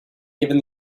given